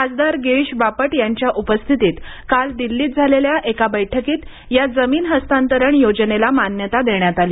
खासदार गिरीश बापट यांच्या उपस्थितीत काल दिल्लीत झालेल्या एका बैठकीत या जमीन हस्तांतरण योजनेला मान्यता देण्यात आली